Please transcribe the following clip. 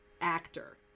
actor